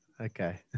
Okay